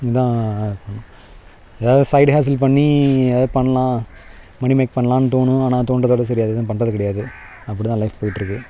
இதான் எதாவது சைடுஹேசில் பண்ணி எதாவது பண்ணலாம் மனி மேக் பண்ணலாம்னு தோணும் ஆனால் தோண்றதோடய சரி அது எதுவும் பண்ணுறது கிடையாது அப்படி தான் லைஃப் போயிட்டு இருக்குது